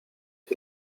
ich